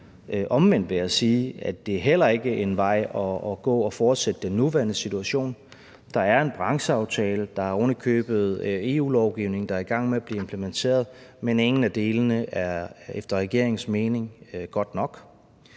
omvendt vil jeg sige, at det heller ikke er en vej at gå at fortsætte den nuværende situation. Der er en brancheaftale, og der er ovenikøbet EU-lovgivning, der er i gang med at blive implementeret, men ingen af delene er efter regeringens mening godt nok.